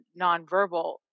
nonverbal